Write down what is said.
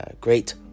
Great